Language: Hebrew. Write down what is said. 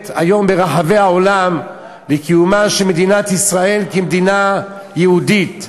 היום ברחבי העולם לקיומה של מדינת ישראל כמדינה יהודית,